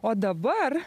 o dabar